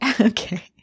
Okay